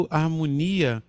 harmonia